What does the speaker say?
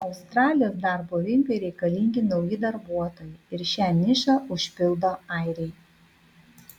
australijos darbo rinkai reikalingi nauji darbuotojai ir šią nišą užpildo airiai